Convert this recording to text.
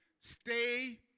Stay